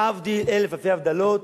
להבדיל אלף אלפי הבדלות,